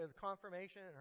confirmation